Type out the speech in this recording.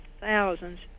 thousands